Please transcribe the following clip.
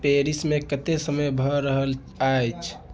Paris मे कतेक समय भऽ रहल अछि